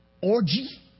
orgy